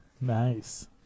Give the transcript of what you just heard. Nice